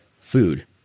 food